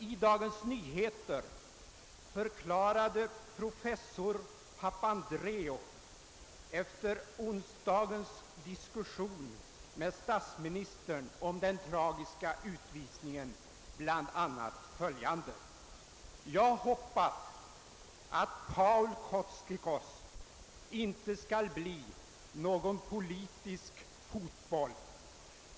I Dagens Nyheter förklarade professor Papandreou efter onsdagens diskussion med statsministern om den tragiska utvisningen bla. följande: »Jag hoppas att Paul Kotzikos inte skall bli ”någon politisk fotboll.